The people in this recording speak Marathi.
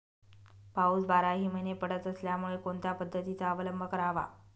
पाऊस बाराही महिने पडत असल्यामुळे कोणत्या पद्धतीचा अवलंब करावा?